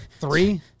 Three